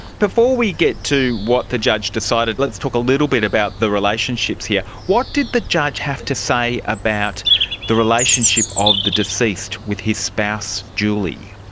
before we get to what the judge decided, let's talk a little bit about the relationships here. what did the judge have to say about the relationship of the deceased with his spouse julie?